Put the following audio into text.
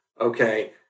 okay